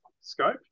scope